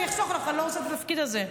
אני אחסוך לך, אני לא רוצה את התפקיד הזה.